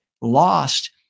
lost